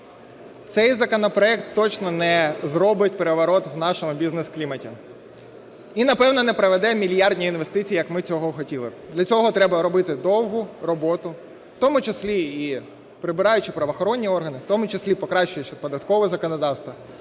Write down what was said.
цей законопроект точно не зробить переворот в нашому бізнес-кліматі і, напевно, не приведе мільярдні інвестиції, як ми цього хотіли б. Для цього треба робити довгу роботу в тому числі і прибираючи правоохоронні органи, в тому числі і покращуючи податкове законодавство,